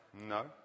No